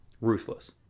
ruthless